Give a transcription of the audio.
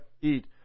eat